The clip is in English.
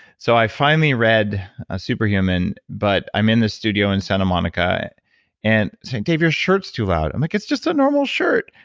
so, i finally read a super human, but i'm in the studio in santa monica and said, dave your shirts too loud. i'm like, it's just a normal shirt.